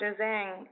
Zhang